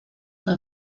fue